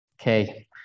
Okay